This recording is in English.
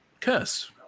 Curse